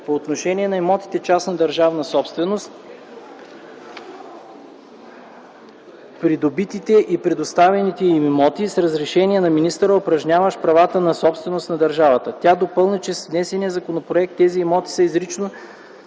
По отношение на имотите – частна държавна собственост, придобитите и предоставените им имоти – с разрешение на министъра, упражняващ правата на собственост на държавата. Тя допълни, че с внесения законопроект тези имоти са изрично